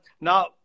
Now